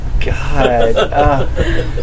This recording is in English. God